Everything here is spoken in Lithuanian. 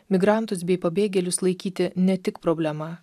migrantus bei pabėgėlius laikyti ne tik problema